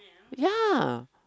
ya